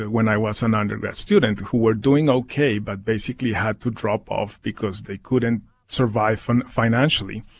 when i was an undergrad student, who were doing ok but basically had to drop off because they couldn't survive and financially.